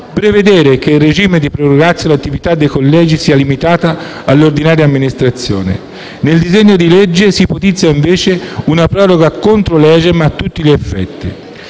prevedere che in regime di *prorogatio* l'attività dei collegi sia limitata all'ordinaria amministrazione. Nel disegno di legge si ipotizza, invece, una proroga *contra legem* a tutti gli effetti.